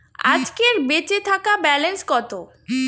আজকের বেচে থাকা ব্যালেন্স কত?